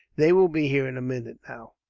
they will be here in a minute, now.